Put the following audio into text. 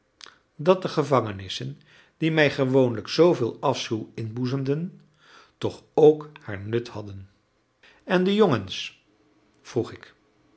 dat de gevangenissen die mij gewoonlijk zooveel afschuw inboezemden toch ook haar nut hadden en de jongens vroeg ik